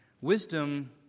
wisdom